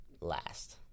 last